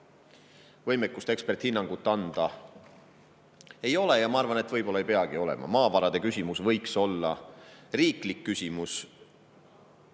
võimekust eksperdihinnangut anda, ja ma arvan, et seda võib-olla ei peagi olema. Maavarade küsimus võiks olla riiklik küsimus,